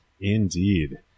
Indeed